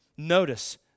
notice